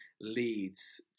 leads